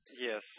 Yes